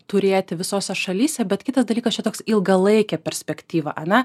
turėti visose šalyse bet kitas dalykas čia toks ilgalaikė perspektyva ane